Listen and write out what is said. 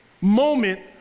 moment